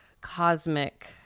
cosmic